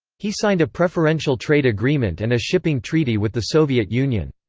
he signed a preferential trade agreement and a shipping treaty with the soviet union.